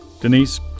Denise